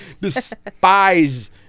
despise